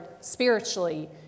spiritually